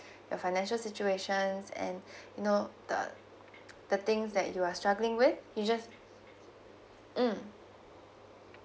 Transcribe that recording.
your financial situations and you know the the things that you are struggling with you just mm